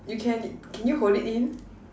you can can you hold it in